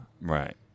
Right